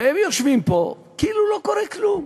והם יושבים פה כאילו לא קורה כלום.